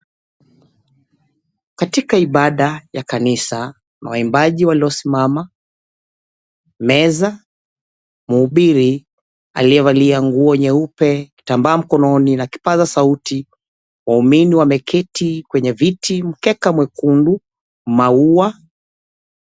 Katika ibada ya kanisa waimbaji waliosimama, meza, mhubiri aliyevalia nguo nyeupe, kitamba mkononi na kipaza sauti waumini wameketi kwenye viti, mkeka mwekundu, maua.